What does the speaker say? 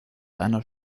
einer